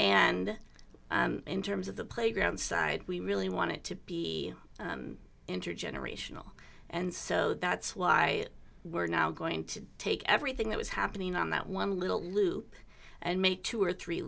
and in terms of the playground side we really want it to be intergenerational and so that's why we're now going to take everything that was happening on that one little loop and make two or three